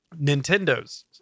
Nintendo's